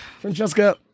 Francesca